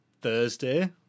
Thursday